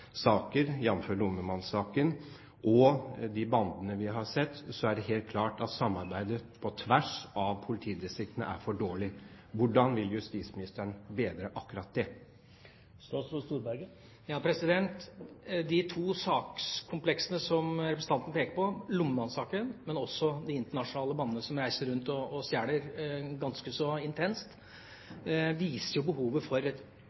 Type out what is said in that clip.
saker, jf. lommemannsaken – og de bandene vi har sett, er det helt klart at samarbeidet på tvers av politidistriktene er for dårlig. Hvordan vil justisministeren bedre akkurat det? De to sakskompleksene som representanten peker på – lommemannsaken, men også de internasjonale bandene som reiser rundt og stjeler ganske så intenst – viser behovet for et